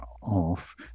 off